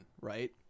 right